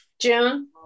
June